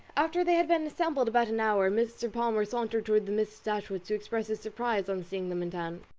after they had been assembled about an hour, mr. palmer sauntered towards the miss dashwoods to express his surprise on seeing them in town,